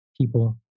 people